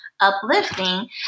uplifting